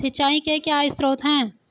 सिंचाई के क्या स्रोत हैं?